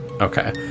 Okay